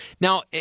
Now